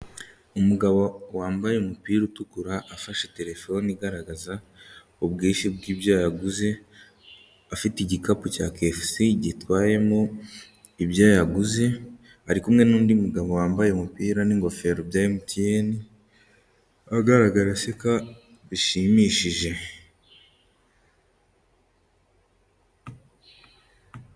Umugabo wambaye umupira utukura afashe telefone igaragaza ubwishyu bw'ibyo yaguze afite igikapu cya kefusi gitwayemo ibyo yaguze ari kumwe n'undi mugabo wambaye umupira n'ingofero bya Emutiyeni agaragara aseka bishimishije.